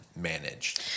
managed